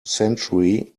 century